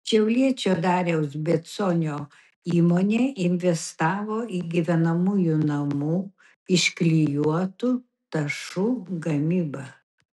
šiauliečio dariaus beconio įmonė investavo į gyvenamųjų namų iš klijuotų tašų gamybą